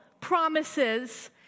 promises